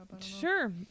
Sure